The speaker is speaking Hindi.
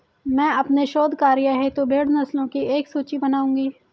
मैं अपने शोध कार्य हेतु भेड़ नस्लों की एक सूची बनाऊंगी